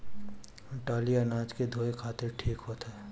टाली अनाज के धोए खातिर ठीक होत ह